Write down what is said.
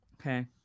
okay